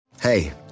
Hey